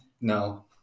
No